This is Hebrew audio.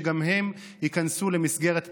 שגם הם ייכנסו למסגרת תקציב.